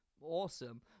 awesome